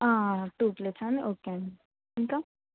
two plates అండి okay అండి ఇంకా